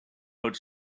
but